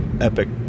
epic